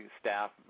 staff